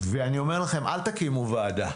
אני אומר לכם, אל תקימו ועדה,